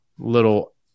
little